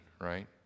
right